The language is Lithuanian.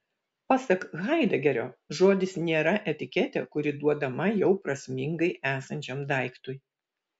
pasak haidegerio žodis nėra etiketė kuri duodama jau prasmingai esančiam daiktui